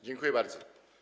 Dziękuję bardzo.